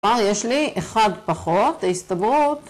יש לי אחד פחות, ההסתברות